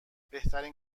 بهترین